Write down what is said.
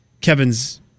Kevin's